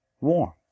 warm